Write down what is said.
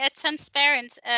transparent